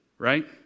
Right